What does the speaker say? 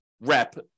rep